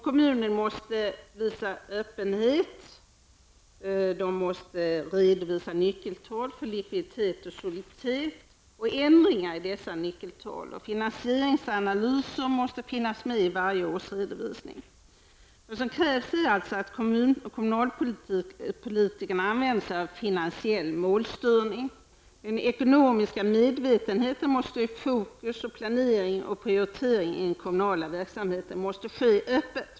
Kommunerna måste visa öppenhet och redovisa nyckeltal för likviditeter och soliditet liksom ändringar i dessa nyckeltal. Finansieringsanalyser måste finnas med i varje årsredovisning. Vad som krävs är alltså att kommunalpolitikerna använder sig av finansiell målstyrning. Den ekonomiska medvetenheten måste stå i fokus. Planering och prioriteringar i den kommunala verksamheten måste ske öppet.